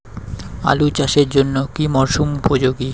আলু চাষের জন্য কি মরসুম উপযোগী?